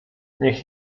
niech